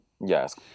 Yes